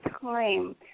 time